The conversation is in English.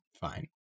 fine